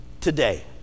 Today